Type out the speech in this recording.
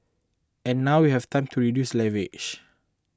and now we have time to reduce leverage